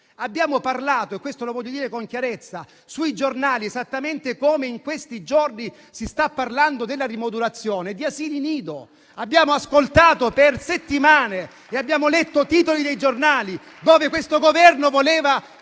Abbiamo parlato - voglio dirlo con chiarezza - sui giornali, esattamente come in questi giorni si sta parlando della rimodulazione, di asili nido. Abbiamo ascoltato per settimane e letto titoli di giornali in cui il Governo voleva